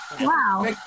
Wow